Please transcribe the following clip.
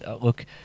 look